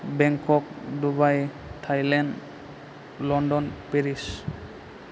Bangkok Dubai Thailand London Paris